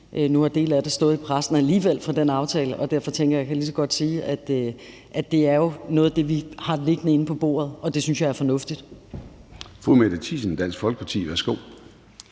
Nu har dele af det fra den aftale alligevel stået i pressen, og derfor tænker jeg, at jeg lige så godt kan sige, at det jo er noget af det, vi har liggende inde på bordet, og det synes jeg er fornuftigt. Kl. 10:29 Formanden (Søren Gade):